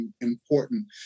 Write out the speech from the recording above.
important